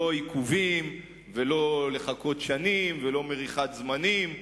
לא עיכובים, ולא לחכות שנים, ולא מריחת זמנים,